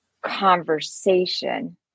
conversation